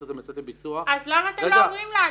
הזה מלצאת לביצוע -- אז למה אתם לא אומרים לנו?